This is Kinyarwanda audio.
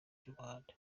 cy’umuhanda